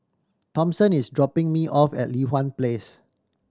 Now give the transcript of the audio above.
Thompson is dropping me off at Li Hwan Place